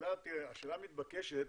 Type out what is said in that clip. השאלה המתבקשת,